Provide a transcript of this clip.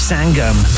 Sangam